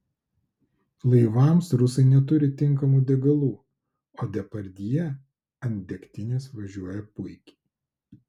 laivams rusai neturi tinkamų degalų o depardjė ant degtinės važiuoja puikiai